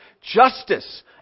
justice